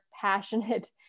passionate